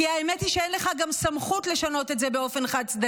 כי האמת היא שגם אין לך סמכות לשנות את זה באופן חד-צדדי,